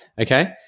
okay